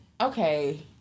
okay